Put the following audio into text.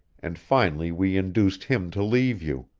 and finally we induced him to leave you.